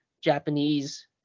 Japanese